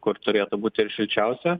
kur turėtų būti ir šilčiausia